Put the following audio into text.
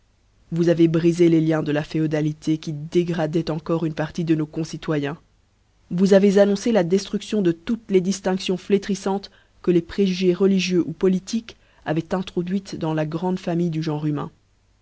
vous avezbrifé les liens de la féodalité qui dégradoient encore une partie dé nos concitoyens vous avez annoncé la deftruion de toutes les diminuions flétriflantes que les préjugés religieux ou politiques avoient introduites dans la grande famille du genre